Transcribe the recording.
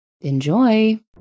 Enjoy